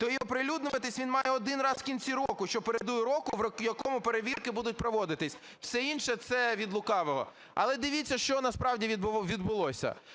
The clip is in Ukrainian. то і оприлюднюватись він має один раз в кінці року, що передує року, в якому перевірки будуть проводитись. Все інше – це від лукавого. Але, дивіться, що насправді відбулося.